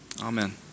Amen